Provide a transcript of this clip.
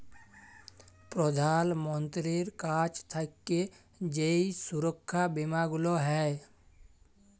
প্রধাল মন্ত্রীর কাছ থাক্যে যেই সুরক্ষা বীমা গুলা হ্যয়